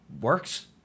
works